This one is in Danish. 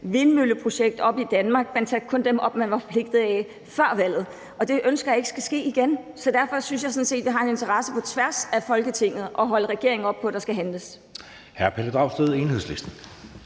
vindmølleprojekt op i Danmark. Man satte kun dem op, man var forpligtet på før valget, og det ønsker jeg ikke skal ske igen, så derfor synes jeg sådan set, vi har en interesse på tværs af Folketinget i at holde regeringen op på, at der skal handles.